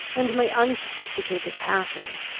and my unsophisticated passions,